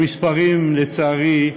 המספרים, לצערי,